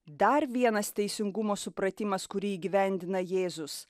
dar vienas teisingumo supratimas kurį įgyvendina jėzus